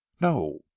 No